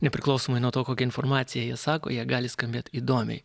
nepriklausomai nuo to kokią informaciją jie sako jie gali skambėt įdomiai